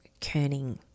kerning